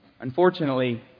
Unfortunately